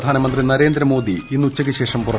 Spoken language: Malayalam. പ്രധാനമന്ത്രി നരേന്ദ്രമോദി ഇന്ന് ഉച്ചയ്ക്കുശേഷം പുറപ്പെടും